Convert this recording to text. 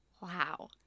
wow